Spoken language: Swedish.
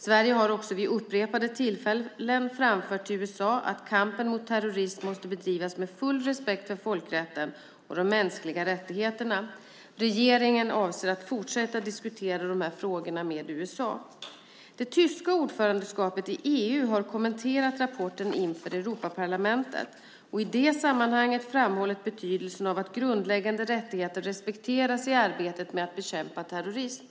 Sverige har också vid upprepade tillfällen framfört till USA att kampen mot terrorism måste bedrivas med full respekt för folkrätten och de mänskliga rättigheterna. Regeringen avser att fortsätta diskutera de här frågorna med USA. Det tyska ordförandeskapet i EU har kommenterat rapporten inför Europaparlamentet och i det sammanhanget framhållit betydelsen av att grundläggande rättigheter respekteras i arbetet med att bekämpa terrorism.